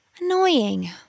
Annoying